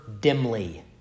dimly